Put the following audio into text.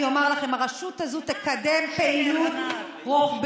אני אומרת לכם, הרשות הזאת תקדם פעילות רוחבית.